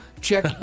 check